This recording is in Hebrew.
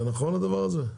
זה נכון הדבר הזה?